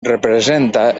representa